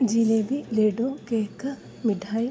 jalebi laddu cake മിഠായി